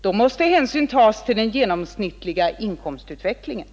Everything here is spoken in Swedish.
Då måste hänsyn tas till den genomsnittliga inkomstutvecklingen.